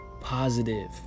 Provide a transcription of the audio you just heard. Positive